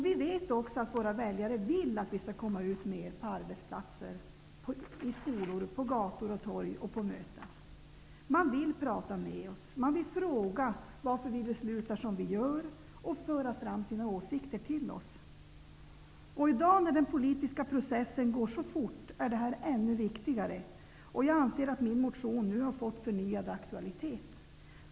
Vi vet också att våra väljare vill att vi ska komma ut mer på arbetsplatser, skolor, gator, torg och på möten. Man vill prata med oss, fråga varför vi beslutar som vi gör och föra fram sina åsikter till oss. I dag när den politiska processen går så fort är det ännu viktigare. Jag anser att min motion nu har fått förnyad aktualitet.